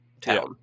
town